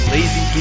Lazy